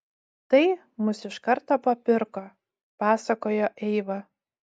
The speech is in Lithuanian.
tai mus iš karto papirko pasakojo eiva